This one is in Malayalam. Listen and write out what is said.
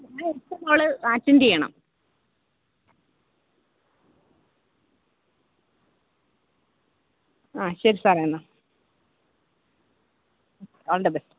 അത് മൊത്തം അവൾ അറ്റെന്റ് ചെയ്യണം ആ ശരി സാറേ എന്നാൽ ഓൾ ദ ബെസ്റ്റ്